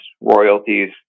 royalties